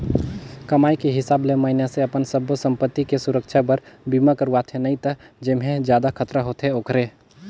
कमाई के हिसाब ले मइनसे अपन सब्बो संपति के सुरक्छा बर बीमा करवाथें नई त जेम्हे जादा खतरा होथे ओखरे